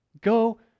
Go